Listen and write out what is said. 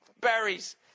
Berries